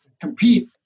compete